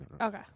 okay